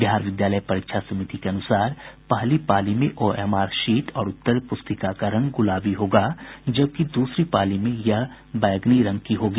बिहार विद्यालय परीक्षा समिति के अनुसार पहली पाली में ओएमआर शीट और उत्तर प्रस्तिका का रंग गुलाबी होगा जबकि दूसरी पाली में यह बैगनी रंग की होगी